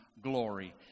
glory